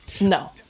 no